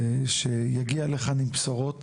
שיגיע לכאן עם בשורות